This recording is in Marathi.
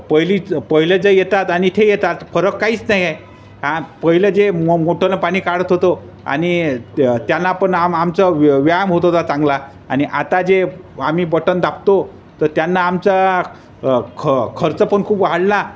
पहिलीच पहिले जे येतात आणि ते येतात फरक काहीच नाही आहे आ पहिलं जे मो मोटानं पाणी काढत होतो आणि त त्यांना पण आम आमचं व्या व्यायाम होत होता चांगला आणि आता जे आम्ही बटन दाबतो तर त्यांना आमचा ख खर्च पण खूप वाढला